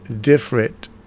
different